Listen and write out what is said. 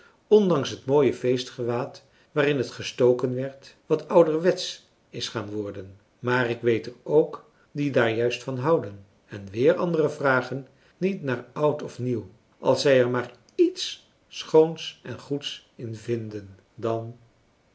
ondanks het mooie feestgewaad waarin het gestoken werd wat ouderwetsch is gaan worden maar ik weet er ook die daar juist van houden en weer anderen vragen niet naar oud of nieuw als zij er maar iets schoons en goeds in vinden dan